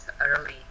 early